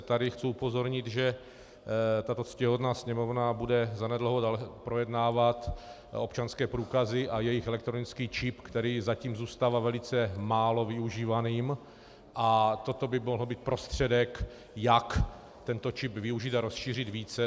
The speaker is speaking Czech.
Tady chci upozornit, že tato ctihodná Sněmovna bude zanedlouho projednávat občanské průkazy a jejich elektronický čip, který zatím zůstává velice málo využívaným, a toto by mohl být prostředek, jak tento čip využít a rozšířit více.